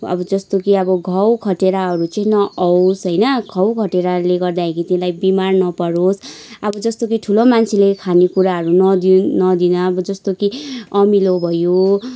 अब जस्तो कि अब घाउ खटेराहरू चाहिँ नआवोस् होइन घाउ खटेराले गर्दाखेरि त्यसलाई बिमार नपरोस् अब जस्तो कि ठुलो मान्छेले खानेकुराहरू नदिनु नदिनु अब जस्तो कि अमिलो भयो